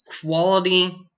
quality